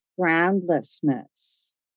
groundlessness